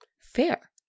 fair